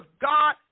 God